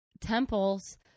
Temple's